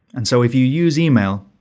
and so if you use email,